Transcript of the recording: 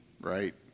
right